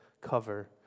cover